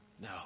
no